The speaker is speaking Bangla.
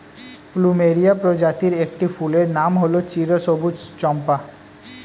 প্লুমেরিয়া প্রজাতির একটি ফুলের নাম হল চিরসবুজ চম্পা